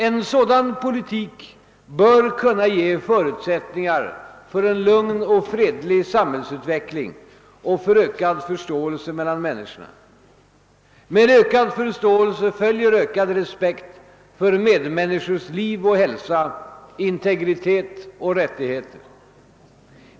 En sådan politik bör kunna ge förutsättningar för en lugn och fredlig samhällsutveckling och för ökad förståelse mellan människorna. Med ökad förståelse följer ökad respekt för medmänniskors liv och hälsa, integritet och rättigheter.